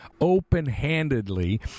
open-handedly